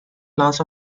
class